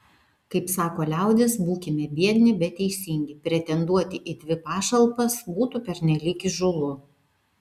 kaip sako liaudis būkime biedni bet teisingi pretenduoti į dvi pašalpas būtų pernelyg įžūlu